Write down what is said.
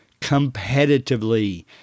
competitively